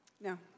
No